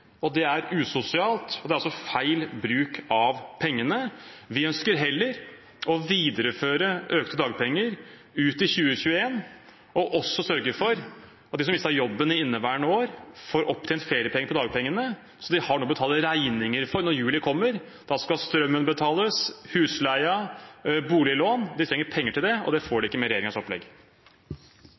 Det er urettferdig, det er usosialt, og det er feil bruk av pengene. Vi ønsker heller å videreføre økte dagpenger ut i 2021 og også sørge for at de som mistet jobben i inneværende år, får opptjent feriepenger på dagpengene, så de har noe å betale regninger med når juli kommer. Da skal strømmen betales, husleien, boliglån. De trenger penger til det, og det får de ikke med regjeringens opplegg.